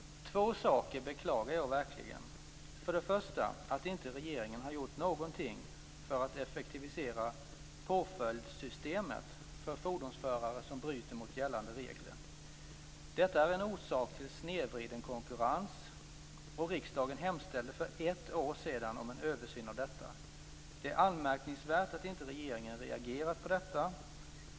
Två saker beklagar jag verkligen. För det första beklagar jag att inte regeringen har gjort någonting för att effektivisera påföljdssystemet för fordonsförare som bryter mot gällande regler. Detta är en orsak till snedvriden konkurrens, och riksdagen hemställde för ett år sedan om en översyn av detta. Det är anmärkningsvärt att regeringen inte har reagerat på detta.